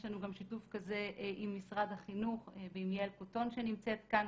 יש לנו גם שיתוף כזה עם משרד החינוך ועם יעל קוטון שנמצאת כאן,